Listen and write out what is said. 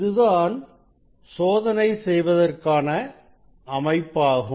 இதுதான் சோதனை செய்வதற்கான அமைப்பாகும்